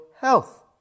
health